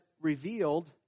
revealed